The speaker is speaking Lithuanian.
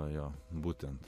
jo būtent